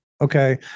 Okay